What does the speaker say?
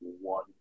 one